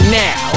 now